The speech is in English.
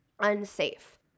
unsafe